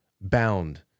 bound